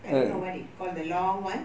I don't know what it call the long one